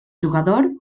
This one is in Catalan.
jugador